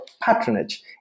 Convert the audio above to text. patronage